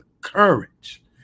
courage